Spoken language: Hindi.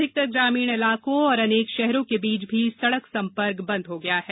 अधिकतर ग्रामीण इलाकों और अनेक शहरों के बीच भी सड़क संपर्क बंद हो गया है